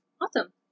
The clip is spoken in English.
Awesome